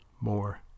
more